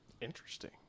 Interesting